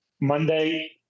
Monday